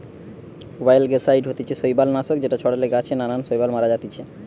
অয়েলগেসাইড হতিছে শৈবাল নাশক যেটা ছড়ালে গাছে নানান শৈবাল মারা জাতিছে